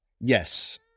Yes